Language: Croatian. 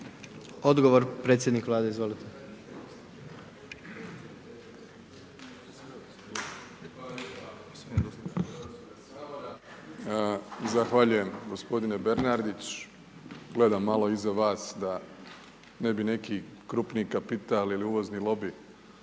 …/Govornik naknadno uključen./… Zahvaljujem gospodine Bernardić, gledam malo iza vas da ne bi neki krupniji kapital ili uvozni lobi